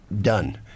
done